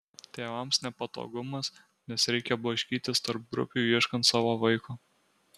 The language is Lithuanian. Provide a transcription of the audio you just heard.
tėvams nepatogumas nes reikia blaškytis tarp grupių ieškant savo vaiko